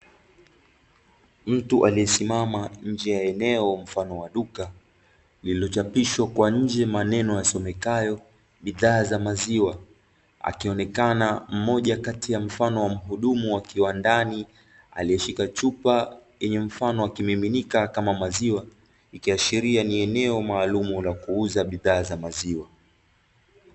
Mtu aliesimama nje ya eneo mfano wa duka lililochapishwa kwa nje maneno yasomekayo bidhaa za maziwa ,akionekana mmoja kati ya mfano wa mhudumu wa kiwandani, alieshika chupa yenye mfano wa kimiminika kama maziwa, ikihashiria ni eneo maalumu la kuuza bidhaa za maziwa.